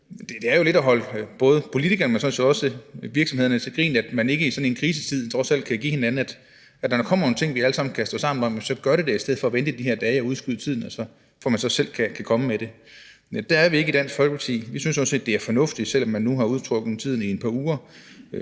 det er jo lidt at holde både politikerne, men sådan set også virksomhederne for nar, når man ikke i sådan en krisetid trods alt kan give hinanden så meget, at man, når der kommer nogle ting, vi alle sammen kan stå sammen om, så gør det i stedet for at vente de her dage ved at udskyde det, for at man så selv kan komme med det. Der er vi ikke i Dansk Folkeparti. Vi synes sådan set, det er fornuftigt, selv om man nu har trukket tiden ud i et